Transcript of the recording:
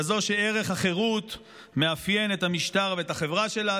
כזאת שערך החירות מאפיין את המשטר ואת החברה שלה.